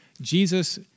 Jesus